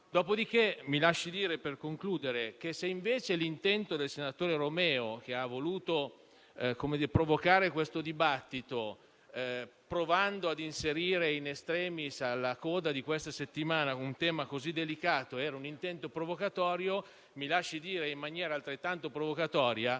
tecnico-scientifico. Dopodiché, se invece l'intento del senatore Romeo, che ha voluto provocare questo dibattito, provando ad inserire *in extremis*, alla coda di questa settimana, un tema così delicato, era provocatorio, mi lasci dire in maniera altrettanto provocatoria